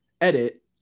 Edit